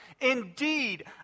indeed